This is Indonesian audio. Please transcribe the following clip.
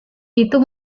itu